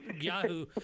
Yahoo